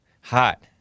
Hot